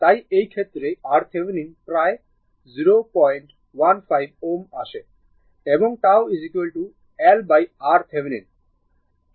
তাই এই ক্ষেত্রে RThevenin প্রায় 015 Ω আসে এবং τ LRThevenin 2 সেকেন্ড আসছে